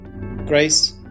Grace